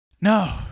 No